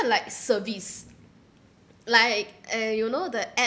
like service like eh you know the app